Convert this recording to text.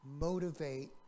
motivate